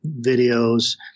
videos